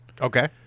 okay